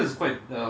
always